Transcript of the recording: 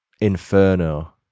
Inferno